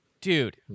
dude